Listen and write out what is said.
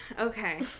okay